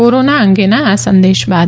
corona અંગેના આ સંદેશ બાદ